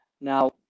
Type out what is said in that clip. Now